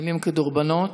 מילים כדרבונות.